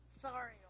Sorry